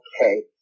okay